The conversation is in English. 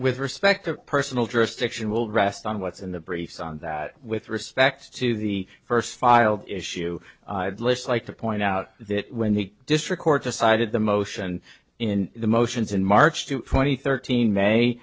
with respect the personal jurisdiction will rest on what's in the briefs on that with respect to the first filed issue list like to point out that when the district court decided the motion in the motions in march two thousand and thirteen may